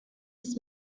its